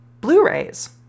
Blu-rays